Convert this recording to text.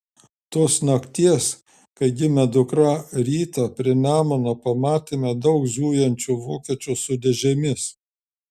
tos nakties kai gimė dukra rytą prie nemuno pamatėme daug zujančių vokiečių su dėžėmis